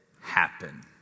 happen